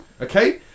Okay